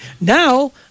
Now